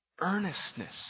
earnestness